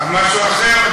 על משהו אחר?